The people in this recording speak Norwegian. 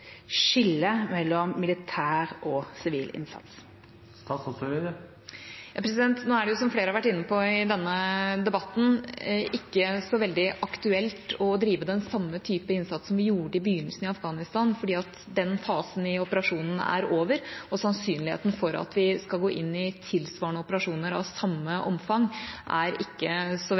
mellom militær og sivil innsats. Nå er det jo, som flere har vært inne på i denne debatten, ikke så veldig aktuelt å drive den samme typen innsats som vi gjorde i begynnelsen i Afghanistan, fordi den fasen i operasjonen er over, og sannsynligheten for at vi skal gå inn i tilsvarende operasjoner av samme omfang, er ikke så